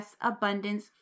Abundance